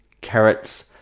carrots